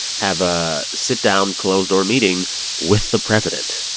have a sit-down, closed-door meeting with the president.